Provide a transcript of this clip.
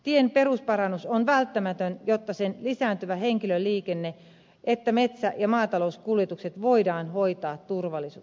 tien perusparannus on välttämätön jotta sekä lisääntyvä henkilöliikenne että metsä ja maatalouskuljetukset voidaan hoitaa turvallisesti